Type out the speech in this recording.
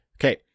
Okay